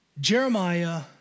Jeremiah